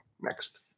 Next